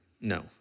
No